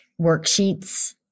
worksheets